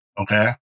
Okay